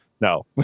No